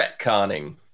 retconning